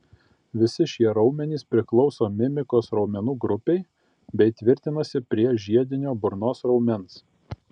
visi šie raumenys priklauso mimikos raumenų grupei bei tvirtinasi prie žiedinio burnos raumens